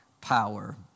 power